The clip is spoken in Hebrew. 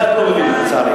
את זה את לא מבינה, לצערי.